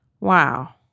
Wow